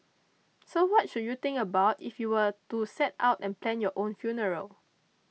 so what should you think about if you were to set out and plan your own funeral